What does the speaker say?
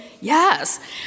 Yes